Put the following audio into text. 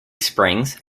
springs